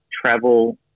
travel